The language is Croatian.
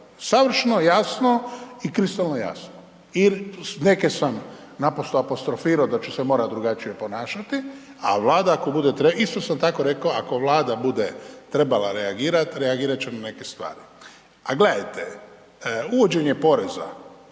Savršeno jasno i kristalno jasno i neke sam naprosto apostrofirao da ću se morati drugačije ponašati, a Vlada ako bude, isto sam tako rekao ako Vlada bude trebala reagirati, reagirati ćemo neke stvari. A gledajte, uvođenje poreza